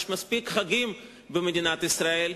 יש מספיק חגים במדינת ישראל,